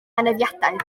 anafiadau